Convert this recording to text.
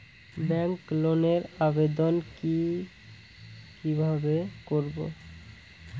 Bank লোনের আবেদন কি কিভাবে করব?